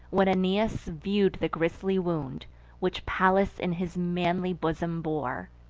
when aeneas view'd the grisly wound which pallas in his manly bosom bore,